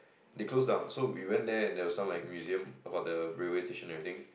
they close down so we went there and there was some like museum about the railway station everything